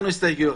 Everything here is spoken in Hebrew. הסתייגויות.